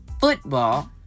football